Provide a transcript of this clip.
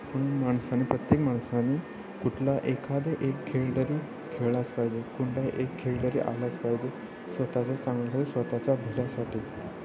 म्हणून माणसाने प्रत्येक माणसाने कुठला एखादे एक खेळ तरी खेळलाच पाहिजे कोणताही एक खेळ तरी आलाच पाहिजे स्वतःचा चांगल्यासाठी स्वतःच्या भल्यासाठी